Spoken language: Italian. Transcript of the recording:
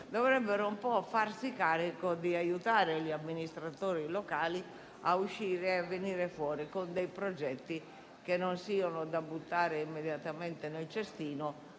dovrebbero farsi carico di aiutare gli amministratori locali a uscire e venire fuori con progetti che non siano da buttare immediatamente nel cestino,